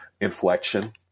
inflection